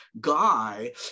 guy